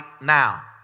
now